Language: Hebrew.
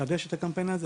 נחדש הקמפיין הזה.